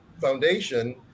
foundation